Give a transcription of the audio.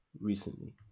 recently